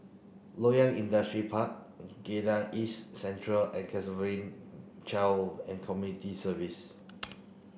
Loyang Industrial Park Geylang East Central and Child and Community Service